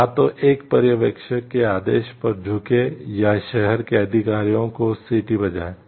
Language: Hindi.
या तो एक पर्यवेक्षक के आदेश पर झुकें या शहर के अधिकारियों को सीटी बजाएं